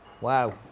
wow